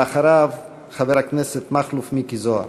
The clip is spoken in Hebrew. ואחריו, חבר הכנסת מכלוף מיקי זוהר.